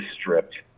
stripped